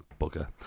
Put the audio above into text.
bugger